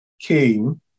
came